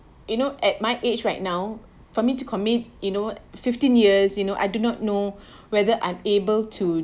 you know at my age right now for me to commit you know fifteen years you know I do not know whether I'm able to